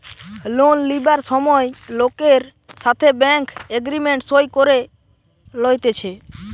loan লিবার সময় লোকের সাথে ব্যাঙ্ক এগ্রিমেন্ট সই করে লইতেছে